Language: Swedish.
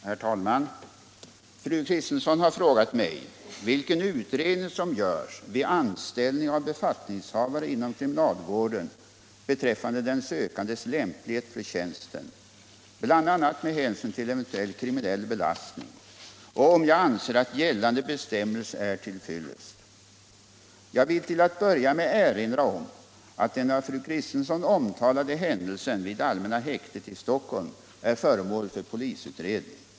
Herr talman! Fru Kristensson har frågat mig vilken utredning som görs vid anställning av befattningshavare inom kriminalvården beträffande den sökandes lämplighet för tjänsten, bl.a. med hänsyn till eventuell kriminell belastning, och om jag anser att gällande bestämmelser är till fyllest. Jag vill till att börja med erinra om att den av fru Kristensson omtalade händelsen vid allmänna häktet i Stockholm är föremål för polisutredning.